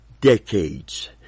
decades